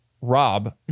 rob